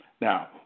Now